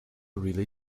really